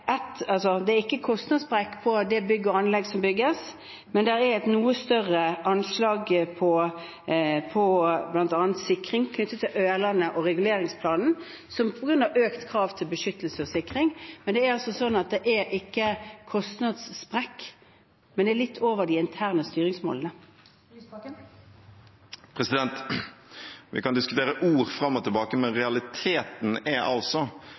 på de bygg og anlegg som bygges, men det er et noe større anslag på bl.a. sikring knyttet til Ørland og reguleringsplanen, på grunn av økt krav til beskyttelse og sikring. Det er ikke en kostnadssprekk, men det er litt over de interne styringsmålene. Vi kan diskutere ord fram og tilbake, men realiteten er